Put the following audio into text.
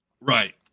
Right